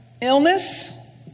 illness